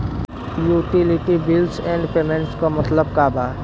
Utility bills and payments क मतलब का बा?